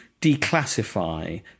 declassify